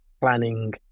planning